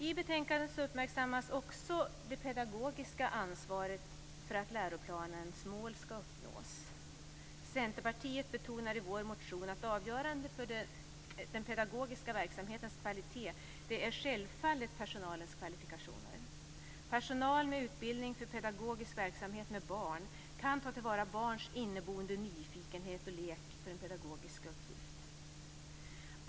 I betänkandet uppmärksammas också det pedagogiska ansvaret för att läroplanens mål uppnås. I Centerpartiets motion betonar vi att avgörande för den pedagogiska verksamhetens kvalitet självfallet är personalens kvalifikationer. Personal med utbildning för pedagogisk verksamhet med barn kan ta till vara barns inneboende nyfikenhet och lek för en pedagogisk uppgift.